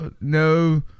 no